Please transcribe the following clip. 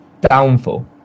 downfall